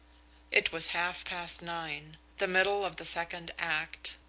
it was half-past nine the middle of the second act.